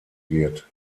wird